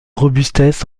robustesse